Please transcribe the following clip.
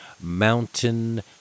Mountain